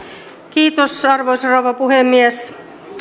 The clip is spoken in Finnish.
kiitos arvoisa rouva puhemies